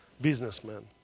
businessman